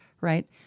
right